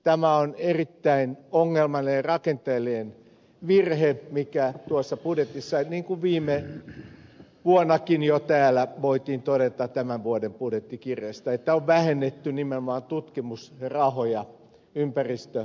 tämä on erittäin ongelmallinen rakenteellinen virhe mikä tuossa budjetissa on niin kuin viime vuonnakin jo täällä voitiin todeta tämän vuoden budjettikirjasta että on vähennetty nimenomaan tutkimusrahoja ympäristöhallinnon alalta